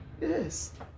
Yes